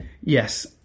Yes